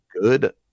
good